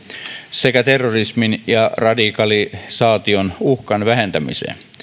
sekä terrorismin ja radikalisaation uhkan vähentämiseen